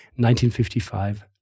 1955